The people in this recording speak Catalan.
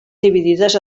dividides